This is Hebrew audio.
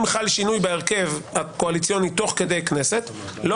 אם חל שינוי בהרכב הקואליציוני תוך כדי כנסת לא